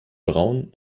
braun